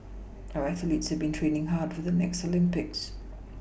our athletes have been training hard for the next Olympics